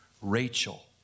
Rachel